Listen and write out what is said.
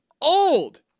Old